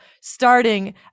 starting